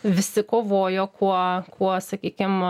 visi kovojo kuo kuo sakykim